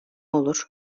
olur